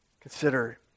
Consider